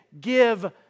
give